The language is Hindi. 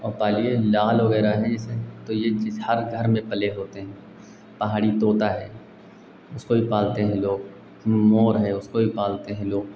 और पालिए लाल वग़ैरह हैं जैसे तो यह चीज़ हर घर में पले होते हैं पहाड़ी तोता है उसको भी पालते हैं लोग मोर है उसको भी पालते हैं लोग